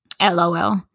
lol